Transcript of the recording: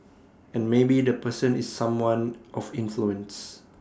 and maybe the person is someone of influence